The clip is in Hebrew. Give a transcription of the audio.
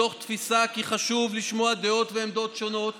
מתוך תפיסה כי חשוב לשמוע דעות ועמדות שונות